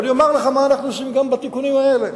ואני אומר לך מה אנחנו עושים גם בתיקונים האלה.